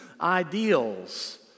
ideals